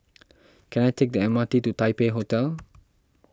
can I take the M R T to Taipei Hotel